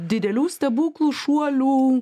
didelių stebuklų šuolių